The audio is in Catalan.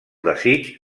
desig